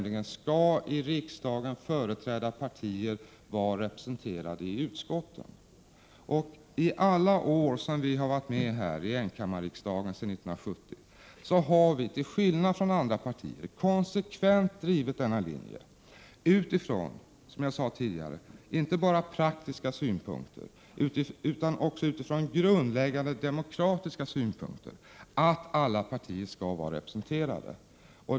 I alla år som vi har varit med i enkammarriksdagen, alltså sedan 1970, har vi till skillnad från andra partier konsekvent hävdat åsikten, utifrån inte bara praktiska synpunkter utan också utifrån grundläggande demokratiska synpunkter, att alla partier skalll vara representerade.